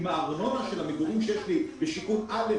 עם הארנונה למגורים שיש לי בשיכון א',